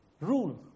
Rule